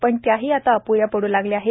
पण त्याही आता अपूऱ्या पडू लागल्या आहेत